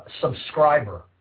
subscriber